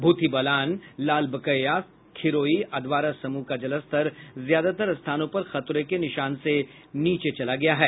भूतही बलान लालबकिया खिरोई अधवारा समूह का जलस्तर ज्यादातर स्थानों पर खतरे के निशान से नीचे चला गया है